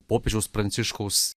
popiežiaus pranciškaus